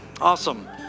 Awesome